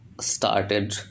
started